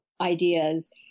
ideas